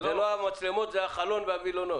מאוד מתקדם עם משרד החקלאות והמגדלים.